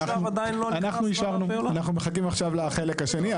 עד עכשיו עדיין לא נכנס --- אנחנו מחכים עכשיו לחלק השני.